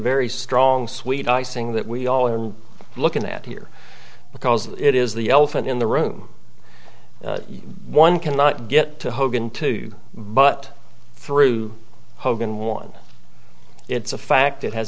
very strong sweet icing that we all and looking at here because it is the elephant in the room one cannot get to hogan two but through hogan one it's a fact that has